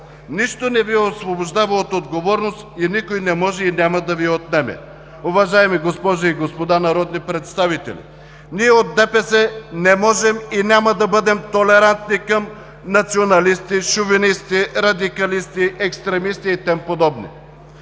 Нищо не Ви освобождава от отговорност и никой не може и няма да Ви я отнеме. Уважаеми госпожи и господа народни представители, ние от ДПС не можем и няма да бъдем толерантни към националисти, шовинисти, радикалисти, екстремисти и тем